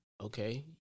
Okay